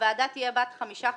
הוועדה תהיה בת חמישה חברים".